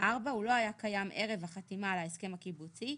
הוא לא היה קיים ערב החתימה על ההסכם הקיבוצי,